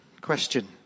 question